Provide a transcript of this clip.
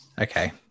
Okay